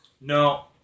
No